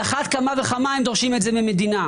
אז על אחת כמה וכמה, דורשים את זה ממדינה.